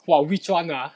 !wah! which [one] ah